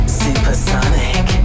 supersonic